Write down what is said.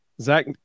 Zach